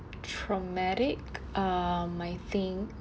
traumatic um I think